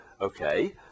Okay